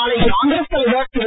நாளை காங்கிரஸ் தலைவர் திரு